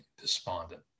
despondent